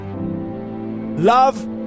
Love